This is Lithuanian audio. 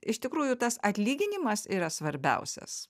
iš tikrųjų tas atlyginimas yra svarbiausias